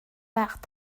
وقت